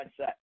mindset